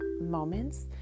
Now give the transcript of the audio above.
moments